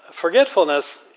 Forgetfulness